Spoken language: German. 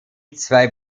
zwei